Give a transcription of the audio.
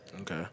Okay